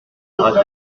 sulfure